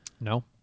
no